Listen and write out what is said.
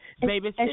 Baby